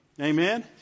Amen